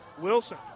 Wilson